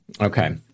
Okay